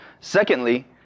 Secondly